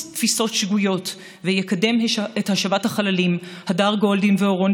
תפיסות שגויות ויקדם את השבת החללים הדר גולדין ואורון